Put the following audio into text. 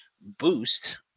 boost